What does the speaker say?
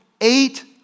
eight